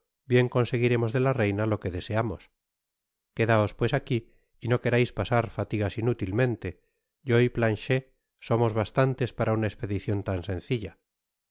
bien conseguiremos de la reina lo que deseamos quedaos pues aqui y no querais pasar fatigas inútilmente yo y planchet somos bastantes para una expedicion tan sencilla